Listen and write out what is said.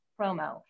promo